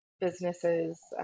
businesses